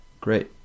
Great